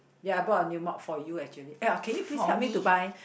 ya I brought a new mop for you actually ya can you please help me to buy